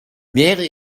wäre